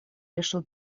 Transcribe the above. решил